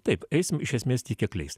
taip eisim iš esmės tiek kiek leis